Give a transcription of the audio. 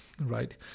right